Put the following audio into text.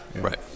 right